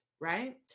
right